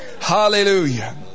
Hallelujah